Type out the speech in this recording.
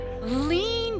Lean